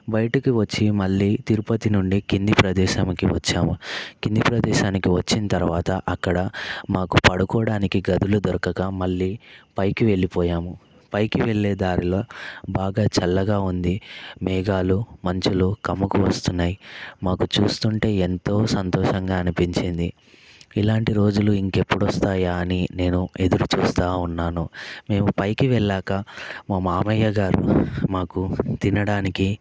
బయటికి వచ్చి మళ్ళీ తిరుపతి నుండి కింది ప్రదేశంకి వచ్చాము కింది ప్రదేశానికి వచ్చిన తర్వాత అక్కడ మాకు పడుకోవడానికి గదులు దొరకగా మళ్ళీ పైకి వెళ్ళిపోయాము పైకి వెళ్ళే దారిలో బాగా చల్లగా ఉంది మేఘాలు మంచులు కమ్ముకు వస్తున్నాయి మాకు చూస్తుంటే ఎంతో సంతోషంగా అనిపించింది ఇలాంటి రోజులు ఇంకెప్పుడు వస్తాయా అని నేను ఎదురు చూస్తూ ఉన్నాను మేము పైకి వెళ్ళాక మా మామయ్య గారు మాకు తినడానికి